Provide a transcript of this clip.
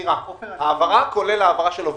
מכירה, העברה, כולל של העובדים.